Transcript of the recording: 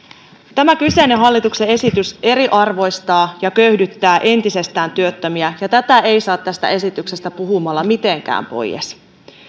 tämä kyseinen hallituksen esitys eriarvoistaa ja köyhdyttää entisestään työttömiä ja tätä ei saa tästä esityksestä puhumalla mitenkään pois